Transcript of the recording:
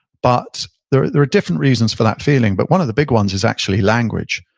but there there are different reasons for that feeling, but one of the big ones is actually language.